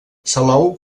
salou